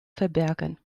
verbergen